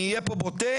אהיה פה בוטה,